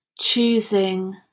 choosing